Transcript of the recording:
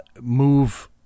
move